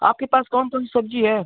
आपके पास कौन कौन सी सब्जी है